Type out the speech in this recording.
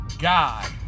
God